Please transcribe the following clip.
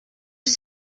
was